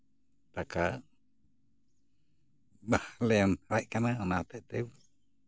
ᱴᱟᱠᱟ ᱵᱟᱝᱞᱮ ᱮᱢᱫᱟᱲᱮᱭᱟᱜ ᱠᱟᱱᱟ ᱚᱱᱟ ᱦᱚᱛᱮᱜ ᱛᱮ